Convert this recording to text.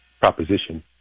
proposition